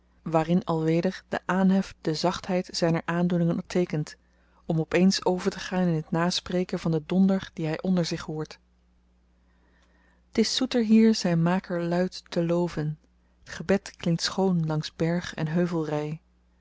regentschappen waarin alweder de aanhef de zachtheid zyner aandoeningen teekent om op eens overtegaan in t naspreken van den donder dien hy onder zich hoort t is zoeter hier zijn maker luid te loven t gebed klinkt schoon langs berg en